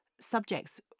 Subjects